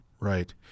Right